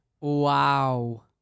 Wow